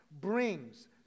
brings